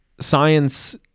science